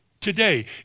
today